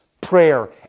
prayer